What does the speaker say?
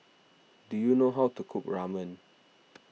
do you know how to cook Ramen